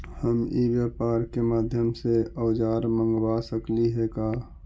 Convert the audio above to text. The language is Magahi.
हम ई व्यापार के माध्यम से औजर मँगवा सकली हे का?